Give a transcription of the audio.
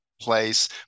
place